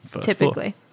typically